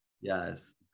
Yes